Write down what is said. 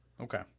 Okay